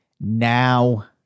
now